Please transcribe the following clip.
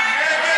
נגד